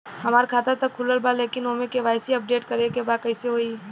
हमार खाता ता खुलल बा लेकिन ओमे के.वाइ.सी अपडेट करे के बा कइसे होई?